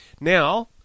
Now